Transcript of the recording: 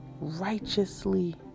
righteously